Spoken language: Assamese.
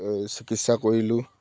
চিকিৎসা কৰিলোঁ